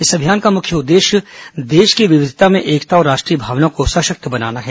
इस अभियान का मुख्य उद्देश्य देश की विविधता में एकता और राष्ट्रीय भावना को सशक्त बनाना है